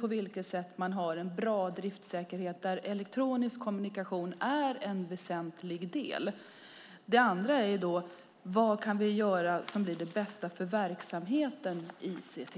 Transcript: på vilket sätt man har en bra driftsäkerhet, där elektronisk kommunikation är en väsentlig del. Det andra är vad vi kan göra som blir det bästa för verksamheten ICT.